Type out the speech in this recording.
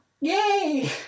Yay